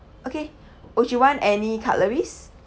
okay would you want any cutleries